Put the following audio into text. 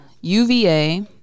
UVA